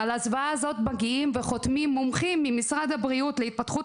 על הזוועה הזאת מגיעים וחותמים מומחים ממשרד הבריאות להתפתחות